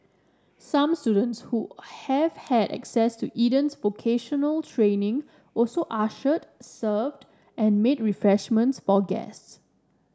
some students who have had access to Eden's vocational training also ushered served and made refreshments for guests